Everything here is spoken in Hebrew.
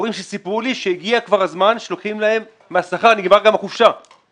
סיפרו לי הורים שהגיע הזמן שלוקחים להם מהשכר וגם החופשה כבר נגמרה.